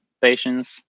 patience